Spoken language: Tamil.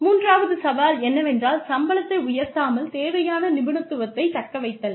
மூன்றாவது சவால் என்னவென்றால் சம்பளத்தை உயர்த்தாமல் தேவையான நிபுணத்துவத்தைத் தக்கவைத்தல்